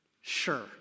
Sure